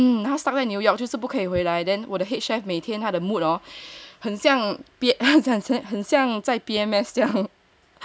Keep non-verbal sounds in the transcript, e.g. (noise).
hmm 他 stuck 在 New York 就是不可以回来 then 我的 head chef 每天他的 mood hor 很像很像在 P_M_S 这样 (laughs)